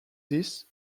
this